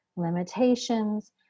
limitations